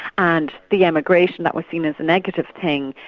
and the emigration that was seen as a negative thing,